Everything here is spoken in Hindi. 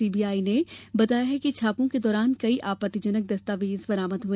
सी बी आई ने बताया कि छापों के दौरान कई आपत्तिजनक दस्तावेज बरामद हुए